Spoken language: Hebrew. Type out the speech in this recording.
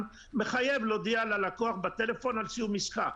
מחייב להודיע ללקוח בטלפון על סיום עסקה.